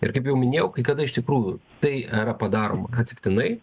ir kaip jau minėjau kai kada iš tikrųjų tai yra padaroma atsitiktinai